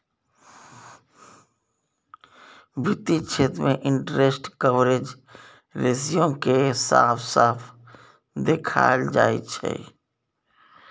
वित्त क्षेत्र मे इंटरेस्ट कवरेज रेशियो केँ साफ साफ देखाएल जाइ छै